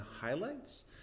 Highlights